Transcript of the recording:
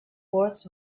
words